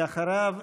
ואחריו,